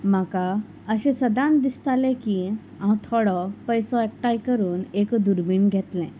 म्हाका अशें सदांच दिसतालें की हांव थोडो पयसो एकठांय करून एक दुर्बीण घेतलें